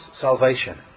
salvation